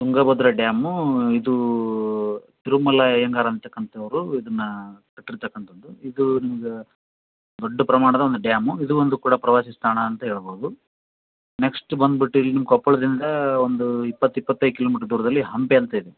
Tungabhadra dam ಇದು ತಿರುಮಲ ಅಯ್ಯಂಗಾರ್ ಅಂತಕ್ಕಂಥವರು ಇದನ್ನ ಕಟ್ಟಿರತಕ್ಕಂಥದ್ದು ಇದು ನಿಮ್ಗೆ ದೊಡ್ಡ ಪ್ರಮಾಣದ ಒಂದು ಡ್ಯಾಮು ಇದೂ ಒಂದು ಕೂಡ ಪ್ರವಾಸಿ ತಾಣ ಅಂತ ಹೇಳ್ಬೋದು ನೆಕ್ಸ್ಟ್ ಬಂದುಬಿಟ್ಟು ಇಲ್ಲಿ ಕೊಪ್ಪಳದಿಂದ ಒಂದು ಇಪ್ಪತ್ತು ಇಪ್ಪತ್ತೈದು ಕಿಲೋಮೀಟ್ರು ದೂರದಲ್ಲಿ ಹಂಪೆ ಅಂತ ಇದೆ